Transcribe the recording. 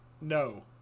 No